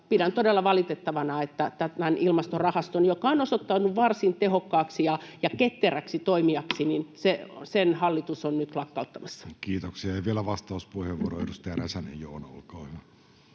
Pidän todella valitettavana, että tämän Ilmastorahaston, joka on osoittautunut varsin tehokkaaksi ja ketteräksi toimijaksi, hallitus on nyt lakkauttamassa. Kiitoksia. — Ja vielä vastauspuheenvuoro, edustaja Räsänen, Joona, olkaa hyvä.